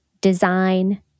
design